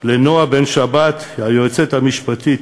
לנועה בן-שבת, היועצת המשפטית,